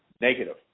negative